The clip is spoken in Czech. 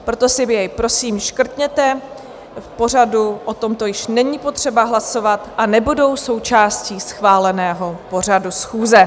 Proto si je prosím škrtněte, v pořadu o tomto již není potřeba hlasovat a nebudou součástí schváleného pořadu schůze.